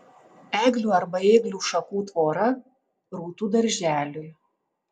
eglių arba ėglių šakų tvora rūtų darželiui